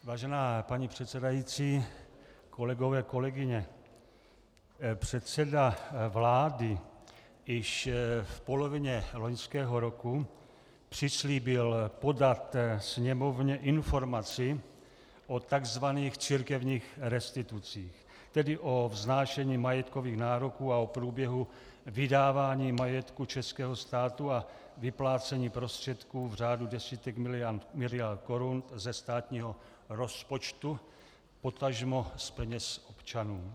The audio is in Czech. Vážená paní předsedající, kolegové a kolegyně, předseda vlády již v polovině loňského roku přislíbil podat Sněmovně informaci o tzv. církevních restitucích, tedy o vznášení majetkových nároků a o průběhu vydávání majetku českého státu a vyplácení prostředků v řádu desítek miliard korun ze státního rozpočtu, potažmo z peněz občanů.